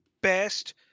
best